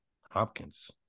Hopkins